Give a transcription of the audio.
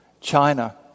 China